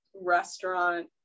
restaurant